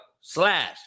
slash